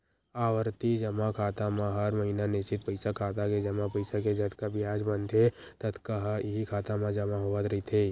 आवरती जमा खाता म हर महिना निस्चित पइसा खाता के जमा पइसा के जतका बियाज बनथे ततका ह इहीं खाता म जमा होवत रहिथे